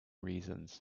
reasons